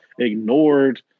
ignored